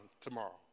tomorrow